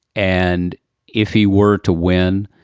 and if he were to win.